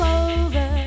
over